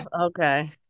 Okay